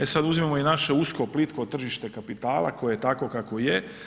E sad uzmimo i naše usko, plitko tržište kapitala koje je takvo kakvo je.